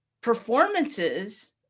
performances